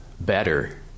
better